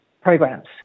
programs